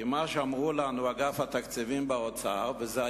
אגף התקציבים באוצר אמר לנו,